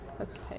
Okay